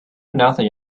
nothing